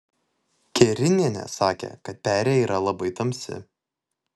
kerinienė sakė kad perėja yra labai tamsi